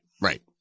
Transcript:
right